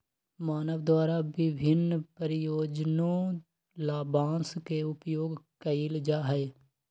मानव द्वारा विभिन्न प्रयोजनों ला बांस के उपयोग कइल जा हई